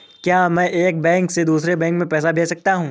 क्या मैं एक बैंक से दूसरे बैंक में पैसे भेज सकता हूँ?